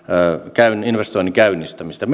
investoinnin käynnistämistä